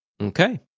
Okay